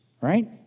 right